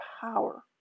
power